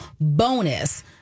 bonus